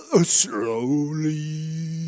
slowly